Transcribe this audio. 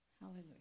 Hallelujah